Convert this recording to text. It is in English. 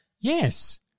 Yes